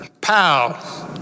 Pow